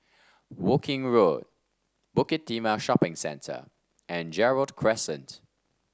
Woking Road Bukit Timah Shopping Centre and Gerald Crescent